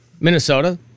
Minnesota